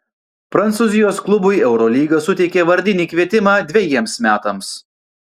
prancūzijos klubui eurolyga suteikė vardinį kvietimą dvejiems metams